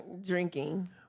drinking